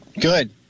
Good